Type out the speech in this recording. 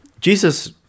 Jesus